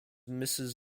mrs